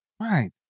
Right